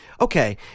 okay